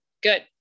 Good